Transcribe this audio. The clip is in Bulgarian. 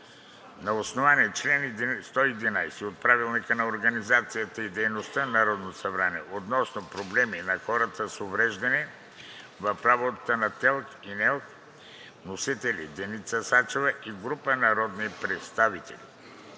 на основание чл. 111 от Правилника за организацията и дейността на Народното събрание относно проблеми на хората с увреждания в работата на ТЕЛК и НЕЛК. Вносители – Деница Сачева и група народни представители,